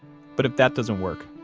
but if that doesn't work,